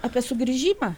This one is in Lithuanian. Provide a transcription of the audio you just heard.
apie sugrįžimą